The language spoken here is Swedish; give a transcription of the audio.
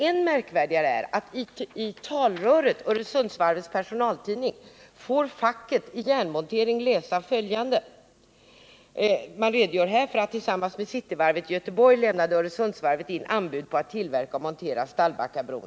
Än märkligare är det som står att läsa i Talröret, Öresundsvarvets personaltidning, i samband med att man där redogör för att företaget tillsammans med Cityvarvet lämnat in anbud på att tillverka och montera Stallbackabron.